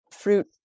fruit